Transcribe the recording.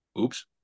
oops